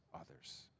others